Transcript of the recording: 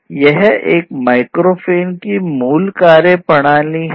यह एक माइक्रोफोन की मूल कार्य प्रणाली है